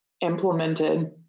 implemented